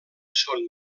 són